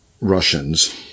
Russians